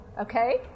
Okay